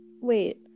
Wait